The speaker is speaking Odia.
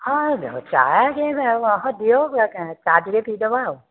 ହଁ ଚାହା ସେ ଯାହା ଦିଅ ଚାହା ଦିଅ ଚାହା ଟିକେ ପିଇଦବା ଆଉ